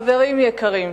חברים יקרים,